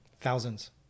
Thousands